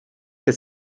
dass